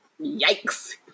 Yikes